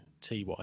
Ty